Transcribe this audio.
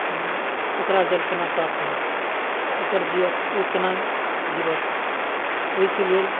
ओकरा जल कोना प्राप्त हैत ओकर जिअत ओ कोना जिअत ओहिके लेल